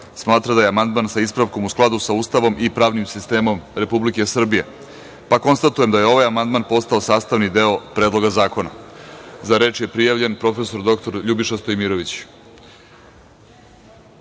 smatra da je amandman sa ispravkom u skladu sa Ustavom i pravnim sistemom Republike Srbije. Konstatujem da je ovaj amandman postao sastavni deo Predloga zakona. Reč ima prof. dr Ljubiša Stojmirović. Izvolite.